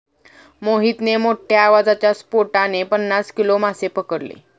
मोहितने मोठ्ठ्या आवाजाच्या स्फोटाने पन्नास किलो मासे पकडले